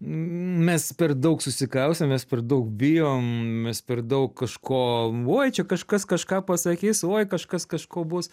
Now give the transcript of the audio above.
mes per daug susikaustę mes per daug bijom mes per daug kažko uoj čia kažkas kažką pasakys oi kažkas kažko bus